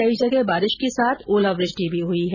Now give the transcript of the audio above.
कई जगह बारिश के साथ ओलावृष्टि भी हुई है